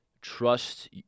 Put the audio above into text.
trust